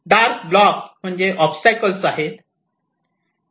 dark block म्हणजे obstacles आहे